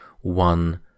one